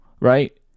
right